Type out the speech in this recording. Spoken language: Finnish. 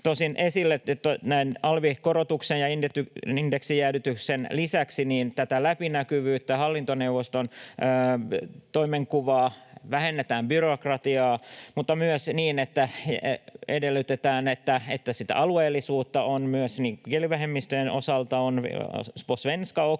tosin esille alvikorotuksen ja indeksijäädytyksen lisäksi tämä läpinäkyvyys, hallintoneuvoston toimenkuva, byrokratian vähentäminen, mutta myös niin, että edellytetään, että sitä alueellisuutta on myös kielivähemmistöjen osalta — på svenska också,